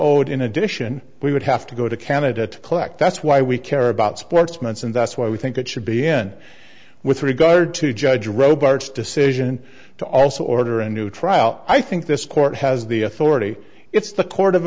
owed in addition we would have to go to canada to collect that's why we care about sports months and that's why we think it should be in with regard to judge roberts decision to also order a new trial i think this court has the authority it's the court of